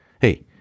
Hey